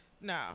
No